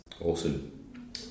Awesome